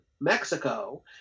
Mexico